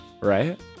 Right